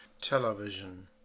television